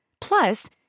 Plus